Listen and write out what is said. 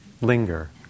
linger